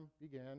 began